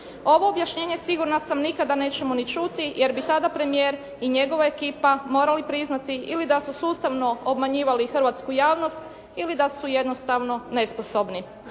Ovo objašnjenje sigurna sam nikada nećemo ni čuti jer bi tada premijer i njegova ekipa morali priznati ili da su sustavno obmanjivali hrvatsku javnost ili da su jednostavno nesposobni.